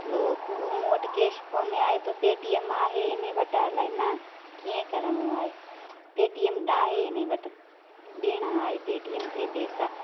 उहो मूं वटि कैश कोन आहे त पेटीएम आहे इन वटि अलाए न कीअं करिणो आहे पेटीएम आहे इन वटि ॾिणु आहे पेटीएम ते पैसा